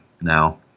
now